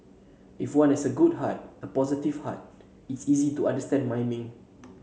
if one has a good heart a positive heart it's easy to understand miming